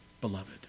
beloved